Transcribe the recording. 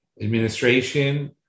administration